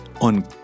on